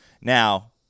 Now